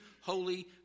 holy